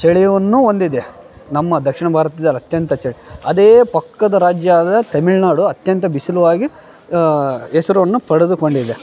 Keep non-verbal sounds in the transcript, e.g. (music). ಚಳಿಯನ್ನು ಹೊಂದಿದೆ ನಮ್ಮ ದಕ್ಷಿಣ ಭಾರತದಾಗೆ ಅತ್ಯಂತ ಚ ಅದೇ ಪಕ್ಕದ ರಾಜ್ಯ (unintelligible) ತಮಿಳ್ನಾಡು ಅತ್ಯಂತ ಬಿಸಿಲು ಆಗಿ ಹೆಸ್ರು ಅನ್ನು ಪಡೆದುಕೊಂಡಿದೆ